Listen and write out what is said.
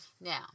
Now